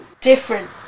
different